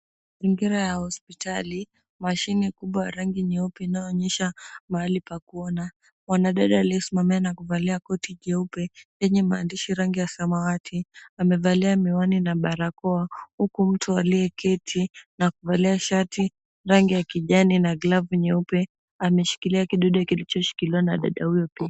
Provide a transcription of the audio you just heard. Mazingira ya hospitali, mashine kubwa rangi nyeupe inaonyesha mahali pa kuona. Mwanadada aliyesimama amevaa koti jeupe lenye maandishi rangi ya samawati. Amevalia miwani na barakoa huku mtu aliyeketi na kuvalia shati rangi ya kijani na glavu nyeupe ameshikilia kidude kilichoshikiliwa na dada huyo pia.